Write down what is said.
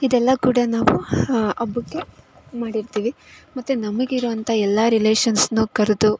ಇದೆಲ್ಲ ಕೂಡ ನಾವು ಹಬ್ಬಕ್ಕೆ ಮಾಡಿರ್ತೀವಿ ಮತ್ತು ನಮಗೆ ಇರೋವಂಥ ಎಲ್ಲ ರಿಲೇಷನ್ಸನ್ನು ಕರೆದು